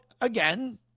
again